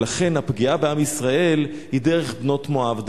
ולכן הפגיעה בעם ישראל היא דרך בנות מואב,